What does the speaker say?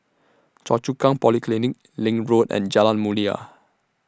Choa Chu Kang Polyclinic LINK Road and Jalan Mulia